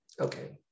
Okay